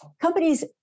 Companies